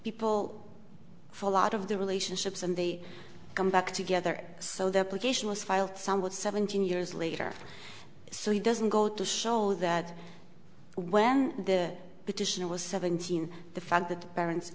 people for a lot of the relationships and they come back together so their petition was filed somewhat seventeen years later so he doesn't go to show that when the petition was seventeen the fact that the parents